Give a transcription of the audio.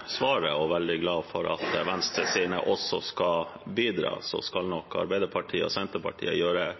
at også Venstre skal bidra. Så skal nok Arbeiderpartiet og Senterpartiet gjøre